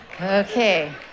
Okay